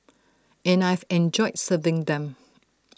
and I've enjoyed serving them